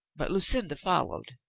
but lucinda followed.